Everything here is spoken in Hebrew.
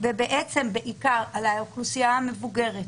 בעיקר האוכלוסייה המבוגרת,